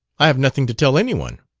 i have nothing to tell anyone!